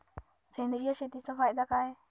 सेंद्रिय शेतीचा फायदा काय?